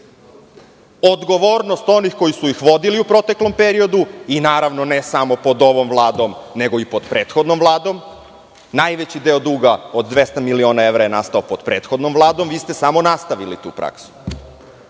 odgovornost onih koji su ih vodili u proteklom periodu, i naravno ne samo pod ovom Vladom nego i pod prethodnom Vladom. Najveći deo duga od 200 miliona evra je nastao pod prethodnom Vladom, a vi ste samo nastavili tu praksu. Da